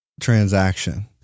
transaction